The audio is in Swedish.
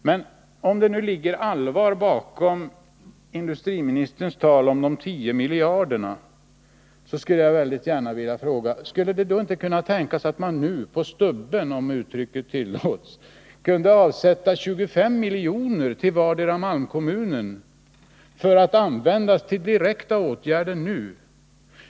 Men om det nu ligger allvar bakom industriministerns tal om de 10 miljarderna, så skulle jag gärna vilja fråga: Skulle man inte kunna tänka sig att nu på stubben — om uttrycket tillåts — avsätta 25 miljoner till vardera malmkommunen för att användas till direkta åtgärder?